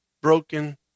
broken